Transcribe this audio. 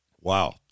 Wow